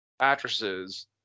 actresses